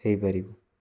ହେଇପାରିବୁ